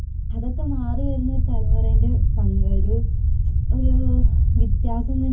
അതൊക്കെ മാറി വരുന്നൊരു തല മുറേൻറ്റെ പങ്ക് ഒരു ഒരു വ്യത്യാസം തന്നെയാണ്